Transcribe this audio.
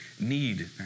Need